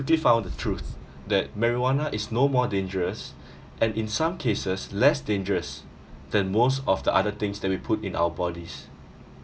quickly found the truth that marijuana is no more dangerous and in some cases less dangerous than most of the other things that we put in our bodies